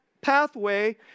pathway